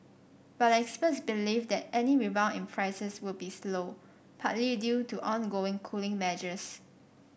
but experts believe that any rebound in prices will be slow partly due to ongoing cooling measures